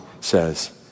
says